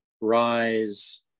rise